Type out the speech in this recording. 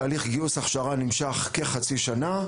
תהליך גיוס והכשרה נמשך כחצי שנה.